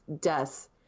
death